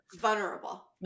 Vulnerable